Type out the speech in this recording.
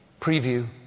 Preview